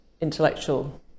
intellectual